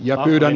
ja yhden